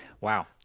wow